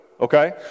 okay